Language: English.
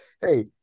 hey